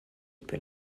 peut